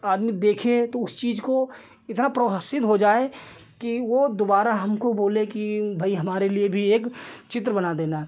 आदमी देखे तो उस चीज़ को इतना प्रोत्साहित हो जाए कि वह दुबारा हमको बोले कि भाई हमारे लिए भी एक चित्र बना देना